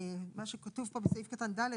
מה שכתוב פה בסעיף קטן (ד),